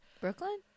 Brooklyn